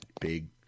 big